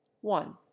one